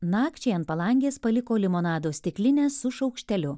nakčiai ant palangės paliko limonado stiklinę su šaukšteliu